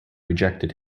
rejected